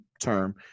term